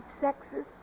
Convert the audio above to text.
sexes